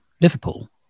Liverpool